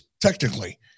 Technically